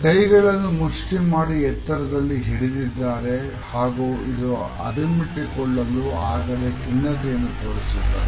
ಕೈಗಳನ್ನು ಮುಷ್ಟಿ ಮಾಡಿ ಎತ್ತರದಲ್ಲಿ ಹಿಡಿದಿದ್ದಾರೆ ಹಾಗೂ ಇದು ಅದುಮಿಟ್ಟು ಕೊಳ್ಳಲು ಆಗದೆ ಖಿನ್ನತೆಯನ್ನು ತೋರಿಸುತ್ತದೆ